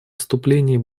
вступление